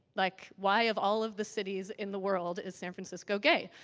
like why of all of the cities in the world, is san francisco gay?